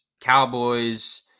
cowboys